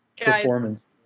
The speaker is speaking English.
performance